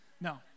No